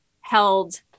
held